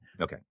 Okay